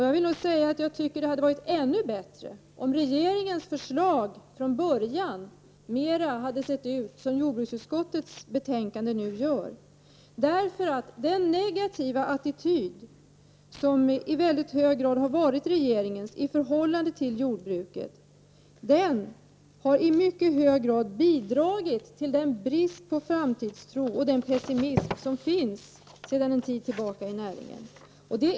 Jag tycker att det hade varit ännu bättre om regeringens förslag från början mera hade sett ut som jordbruksutskottets betänkande nu gör. Den negativa attityd i förhållande till jordbruket som i hög grad har varit regeringens har i stor utsträckning bidragit till den brist på framtidstro och den pessimism som sedan en tid tillbaka finns i näringen.